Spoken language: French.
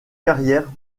carrière